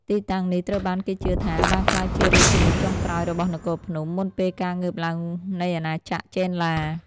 ទីតាំងនេះត្រូវបានគេជឿថាបានក្លាយជារាជធានីចុងក្រោយរបស់នគរភ្នំ មុនពេលការងើបឡើងនៃអាណាចក្រចេនឡា។